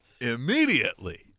immediately